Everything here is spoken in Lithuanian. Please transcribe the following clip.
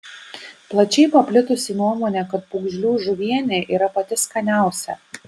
plačiai paplitusi nuomonė kad pūgžlių žuvienė yra pati skaniausia